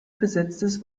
besetztes